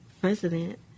President